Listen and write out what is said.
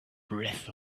breath